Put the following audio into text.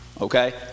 Okay